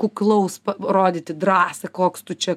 kuklaus rodyti drąsą koks tu čia